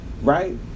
right